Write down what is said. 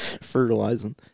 fertilizing